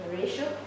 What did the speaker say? ratio